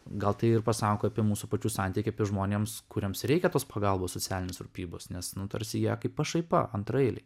gal tai ir pasako apie mūsų pačių santykį apie žmonėms kuriems reikia tos pagalbos socialinės rūpybos nes nu tarsi jie kaip pašaipa antraeiliai